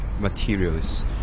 materials